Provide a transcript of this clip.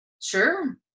Sure